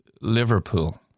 Liverpool